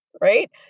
right